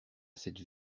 cette